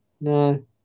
No